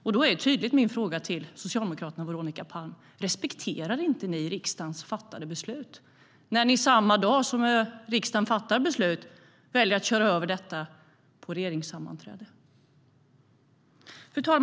Min tydliga fråga till Socialdemokraterna och Veronica Palm är: Respekterar inte ni riksdagens fattade beslut? Samma dag som riksdagen fattar beslut väljer ni att köra över detta på ett regeringssammanträde. Fru talman!